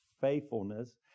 faithfulness